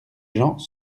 gens